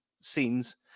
scenes